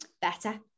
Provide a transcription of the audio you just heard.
better